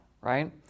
right